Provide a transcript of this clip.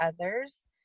others